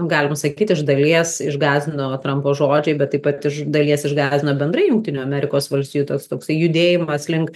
galim sakyt iš dalies išgąsdino trampo žodžiai bet taip pat iš dalies išgąsdino bendrai jungtinių amerikos valstijų tas toksai judėjimas link